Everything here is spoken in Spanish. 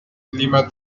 clima